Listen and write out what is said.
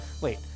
Wait